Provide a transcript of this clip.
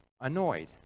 annoyed